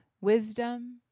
wisdom